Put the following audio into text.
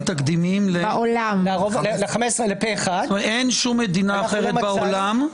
כלומר, אין שום מדינה אחרת בעולם,